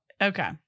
Okay